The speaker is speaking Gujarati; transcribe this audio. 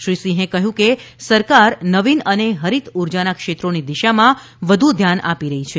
શ્રીસિંહે કહ્યું કે સરકાર નવીન અને હરિત ઉર્જાના ક્ષેત્રોની દિશામાં વધુ ધ્યાન આપી રહી છે